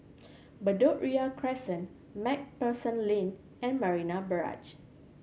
Bedok Ria Crescent Macpherson Lane and Marina Barrage